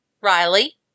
Riley